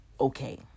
okay